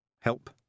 Help